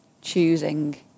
choosing